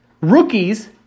rookies